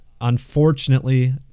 unfortunately